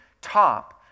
top